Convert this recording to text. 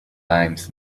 lines